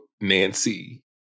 Nancy